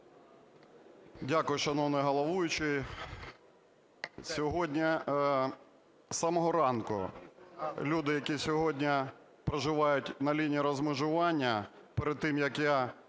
Дякую, шановний головуючий. Сьогодні з самого ранку люди, які сьогодні проживають на лінії розмежування перед тим, як я